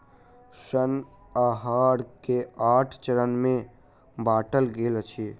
ऋण आहार के आठ चरण में बाटल गेल अछि